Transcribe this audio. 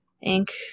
Ink